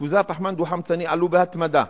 ריכוזי הפחמן הדו-חמצני עלו בהתמדה,